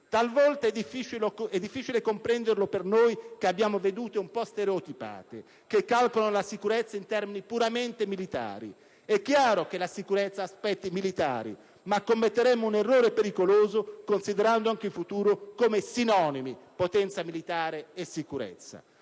Talvolta è difficile comprenderlo, per noi che abbiamo vedute un po' stereotipate, che calcolano la sicurezza in termini puramente militari. È chiaro che la sicurezza ha aspetti militari ma commetteremmo un errore pericoloso considerando anche in futuro come sinonimi potenza militare e sicurezza.